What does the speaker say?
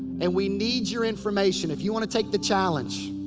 and we need your information. if you want to take the challenge.